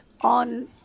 on